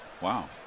Wow